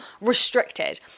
restricted